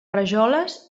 rajoles